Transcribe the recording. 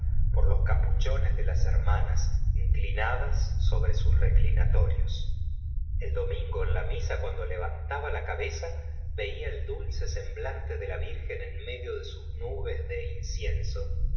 por los capuchones de las hermanas inclinadas sobre sus reclinatorios el domingo en la misa cuando levantaba la cabeza veia el dulce semblante de la virgen en medio de sus nubes de incienso